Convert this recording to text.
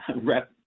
Rep